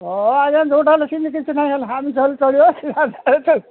ହଁ ଆଜ୍ଞା ଯୋଉଟା ହେଲେ ସେମିତି କିଛି ନାଇଁ ହେଲେ ଚଳିବ ସେ